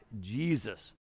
Jesus